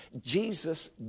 Jesus